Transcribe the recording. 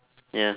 ya